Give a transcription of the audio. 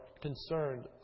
concerned